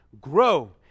grow